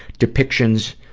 depictions,